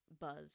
buzz